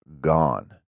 gone